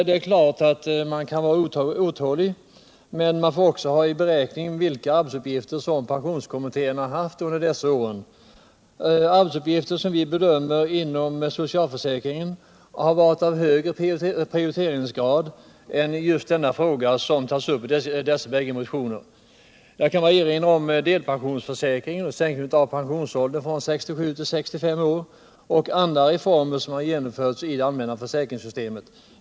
Det är klart att man kan vara otålig, men man får också ta med i beräkningen vilka arbetsuppgifter pensionskommittén har haft under dessa år — arbetsuppgifter inom socialförsäkringen som vi bedömer ha varit av högre prioriteringsgrad än just denna fråga som tas upp i dessa bägge motioner. Jag kan bara erinra om delpensionsförsäkringen, sänkningen av pensionsåldern från 67 till 65 år och andra reformer som har genomförts i det allmänna försäkringssystemet.